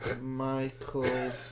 Michael